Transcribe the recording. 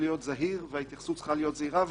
להיות זהיר וההתייחסות צריכה להיות זהירה,